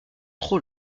trop